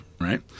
right